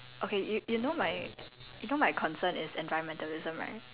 okay you you know my you know my concern is environmentalism right